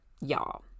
Y'all